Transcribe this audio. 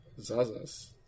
Zazas